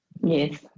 Yes